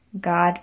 God